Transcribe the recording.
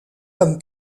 comme